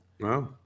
Wow